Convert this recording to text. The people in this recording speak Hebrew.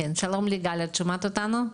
שלום ליגל, את שומעת אותנו?